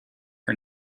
her